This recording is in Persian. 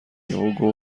یهو